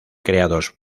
creados